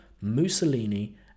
Mussolini